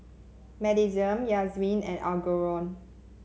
Madisyn Yazmin and Algernon